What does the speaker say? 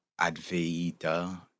Advaita